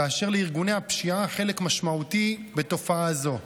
כאשר לארגוני הפשיעה חלק משמעותי בתופעה זו.